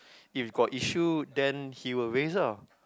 if you got issue then he will raise ah